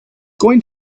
going